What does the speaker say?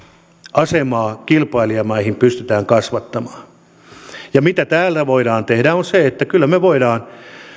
asemaa kilpailijamaihin pystytään kasvattamaan mitä täällä voidaan tehdä on se että kyllä me voimme